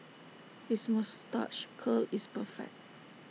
his moustache curl is perfect